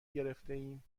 گرفتهایم